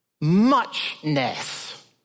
muchness